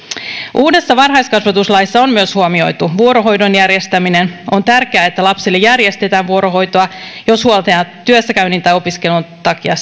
uudessa varhaiskasvatuslaissa on myös huomioitu vuorohoidon järjestäminen on tärkeää että lapselle järjestetään vuorohoitoa jos huoltaja työssäkäynnin tai opiskelun takia